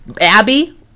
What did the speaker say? Abby